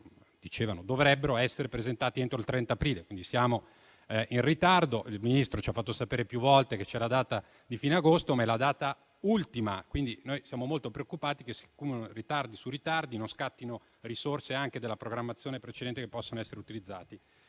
iniziale dovrebbero essere presentati entro il 30 aprile, quindi siamo in ritardo. Il Ministro ci ha fatto sapere più volte che c'è la data di fine agosto, ma quella è la data ultima, quindi siamo molto preoccupati che si accumulino ritardi su ritardi e che non scattino risorse anche della programmazione precedente che possono essere utilizzate.